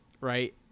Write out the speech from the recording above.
right